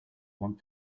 want